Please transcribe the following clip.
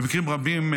במקרים רבים,